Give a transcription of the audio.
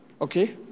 Okay